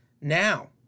Now